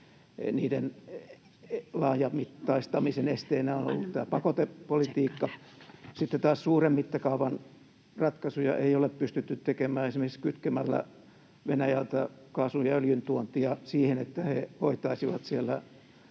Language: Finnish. Niiden laajamittaistamisen esteenä on ollut pakotepolitiikka. Sitten taas suuren mittakaavan ratkaisuja ei ole pystytty tekemään esimerkiksi kytkemällä Venäjältä kaasun ja öljyn tuontia siihen, että he hoitaisivat siellä